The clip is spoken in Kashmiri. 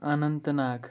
اننت ناگ